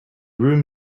room